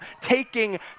taking